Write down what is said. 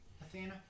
Athena